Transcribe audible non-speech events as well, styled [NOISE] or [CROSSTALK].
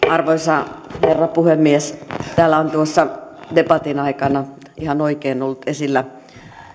[UNINTELLIGIBLE] arvoisa herra puhemies täällä on tuossa debatin aikana ihan oikein ollut esillä